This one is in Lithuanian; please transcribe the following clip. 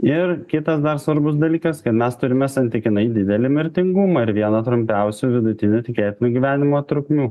ir kitas dar svarbus dalykas kad mes turime santykinai didelį mirtingumą ir vieną trumpiausių vidutinių tikėtinų gyvenimo trukmių